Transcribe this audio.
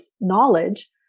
knowledge